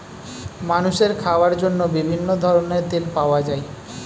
মানুষের খাওয়ার জন্য বিভিন্ন ধরনের তেল পাওয়া যায়